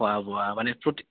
খোৱা বোৱা মানে ফুড